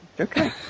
Okay